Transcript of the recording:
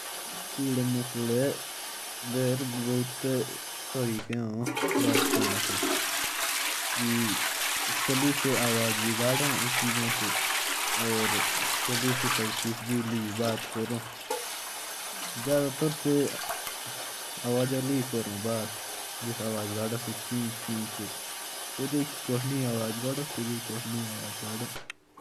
जो किड़े मकौड़े होते हैं। वो भी अलग अलग से आवाजें निकालते रहते हैं। जब वो अपने साथी को बुलाते रहते हैं, तो वो आवाजें करते रहते हैं।